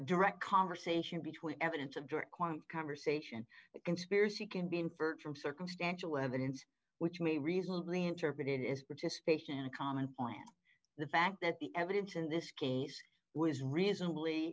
direct conversation between evidence of direct kuan conversation conspiracy can be inferred from circumstantial evidence which may reasonably interpreted as participation a comment on the fact that the evidence in this case was reasonably